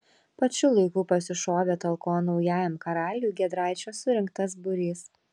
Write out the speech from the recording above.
pačiu laiku pasišovė talkon naujajam karaliui giedraičio surinktas būrys